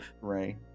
Ray